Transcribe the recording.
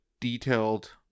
detailed